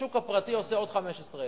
השוק הפרטי עושה עוד 15,000,